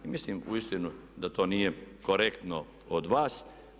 I mislim uistinu da to nije korektno od vas.